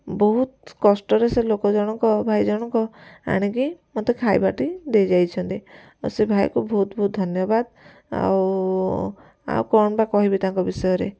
ବହୁତ କଷ୍ଟରେ ସେ ଲୋକ ଜଣକ ଭାଇ ଜଣକ ଆଣିକି ମତେ ଖାଇବାଟି ଦେଇଯାଇଛନ୍ତି ଆଉ ସେ ଭାଇକୁ ବହୁତ ବହୁତ ଧନ୍ୟବାଦ ଆଉ ଆଉ କ'ଣ ବା କହିବି ତାଙ୍କ ବିଷୟରେ